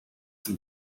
some